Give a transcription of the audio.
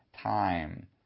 time